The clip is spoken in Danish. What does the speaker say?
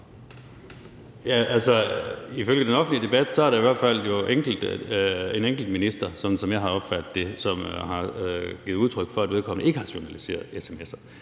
(KF): Ifølge den offentlige debat er der jo i hvert fald en enkelt minister – sådan som jeg har opfattet det – som har givet udtryk for, at vedkommende ikke har journaliseret sms'er.